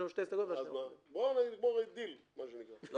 בוא נגמור עם דיל מה שנקרא.